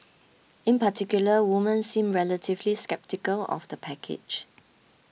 in particular women seemed relatively sceptical of the package